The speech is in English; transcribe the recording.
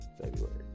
february